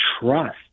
trust